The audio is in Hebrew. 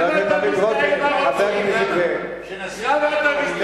למה אתה מזדהה עם הרוצחים, למה?